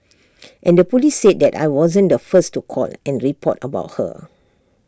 and the Police said that I wasn't the first to call and report about her